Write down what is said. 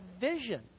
vision